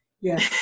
Yes